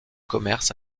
commerce